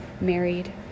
married